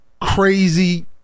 crazy